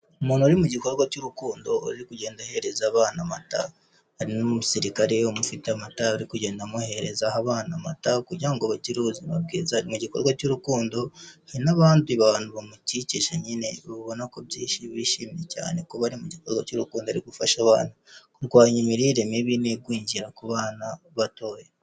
Umuntu uri mu gikorwa cy'urukundo uri kugenda ahereza abana amata hari n'umusirikare fite amata ari kugenda amuhereza abana mata kugira ngo bagire ubuzima bwiza mu gikorwa cy'urukundo hari n'abandi bantu bamukikije nyine babona ko bishimye cyane kuba bari mu gikorwa cy'urukundo ari gufasha abana kurwanya imirire mibi ni gwingjra ku bana batoya.